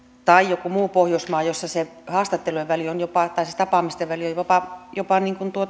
tai oliko joku muu pohjoismaa se haastattelujen tai siis tapaamisten väli on jopa lyhyempi tai